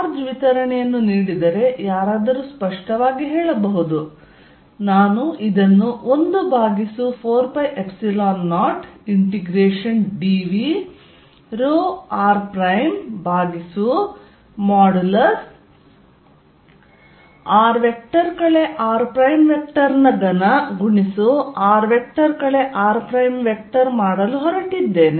charge ವಿತರಣೆಯನ್ನು ನೀಡಿದರೆ ಯಾರಾದರೂ ಸ್ಪಷ್ಟವಾಗಿ ಹೇಳಬಹುದು ನಾನು ಇದನ್ನು 1 ಭಾಗಿಸು 4π0 integration dV rho r prime ಭಾಗಿಸು r r3ಗುಣಿಸು r r ಮಾಡಲು ಹೊರಟಿದ್ದೇನೆ